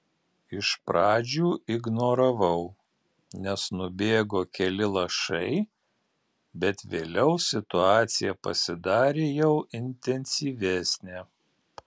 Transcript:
iš pradžių ignoravau nes nubėgo keli lašai bet vėliau situacija pasidarė jau intensyvesnė